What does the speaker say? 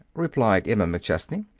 replied emma mcchesney.